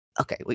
Okay